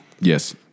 Yes